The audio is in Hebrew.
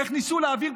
האחרון,